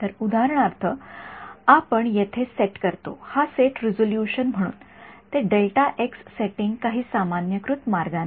तर उदाहरणार्थ आपण येथे सेट करतो हा सेट रिझोल्यूशन म्हणून ते सेटिंग काही सामान्यीकृत मार्गाने